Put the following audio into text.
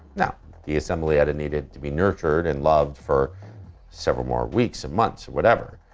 not the assembly that it needed to be nurtured and loved for several more weeks, or months, whatever.